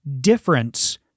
difference